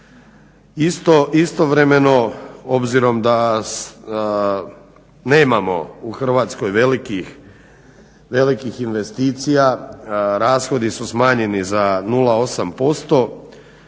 Istovremeno, obzirom da nemamo u Hrvatskoj velikih investicija, rashodi su smanjeni za 0,8%,